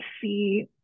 see